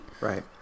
right